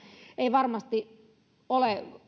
ei varmasti ole